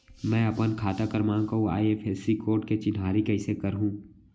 मैं अपन खाता क्रमाँक अऊ आई.एफ.एस.सी कोड के चिन्हारी कइसे करहूँ?